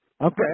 Okay